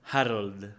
Harold